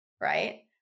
right